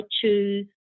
choose